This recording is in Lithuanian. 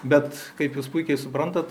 bet kaip jūs puikiai suprantat